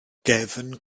gefn